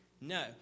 No